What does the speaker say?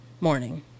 morning